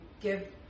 give